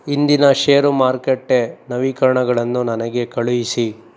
ಇಂದಿನ ಷೇರು ಮಾರುಕಟ್ಟೆ ನವೀಕರಣಗಳನ್ನು ನನಗೆ ಕಳುಹಿಸಿ